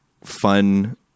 fun